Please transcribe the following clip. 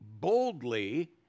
boldly